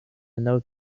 note